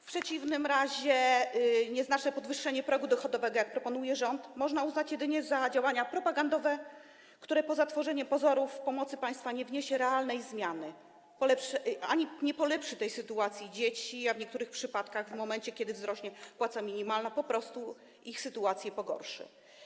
W przeciwnym razie nieznaczne podwyższenie progu dochodowego, jak proponuje rząd, można uznać jedynie za działania propagandowe, które poza tworzeniem pozorów pomocy państwa nie wnoszą realnej zmiany ani nie polepszą sytuacji dzieci, a w niektórych przypadkach, w momencie kiedy wzrośnie płaca minimalna, po prostu ich sytuację pogorszą.